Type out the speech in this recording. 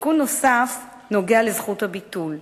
תיקון נוסף נוגע לזכות הביטול.